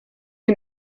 you